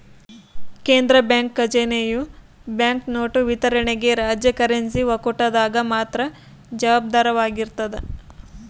ಕೇಂದ್ರ ಬ್ಯಾಂಕ್ ಖಜಾನೆಯು ಬ್ಯಾಂಕ್ನೋಟು ವಿತರಣೆಗೆ ರಾಜ್ಯ ಕರೆನ್ಸಿ ಒಕ್ಕೂಟದಾಗ ಮಾತ್ರ ಜವಾಬ್ದಾರವಾಗಿರ್ತದ